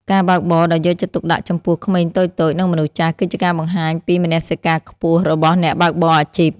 ការបើកបរដោយយកចិត្តទុកដាក់ចំពោះក្មេងតូចៗ និងមនុស្សចាស់ គឺជាការបង្ហាញពីមនសិការខ្ពស់របស់អ្នកបើកបរអាជីព។